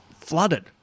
flooded